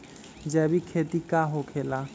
जैविक खेती का होखे ला?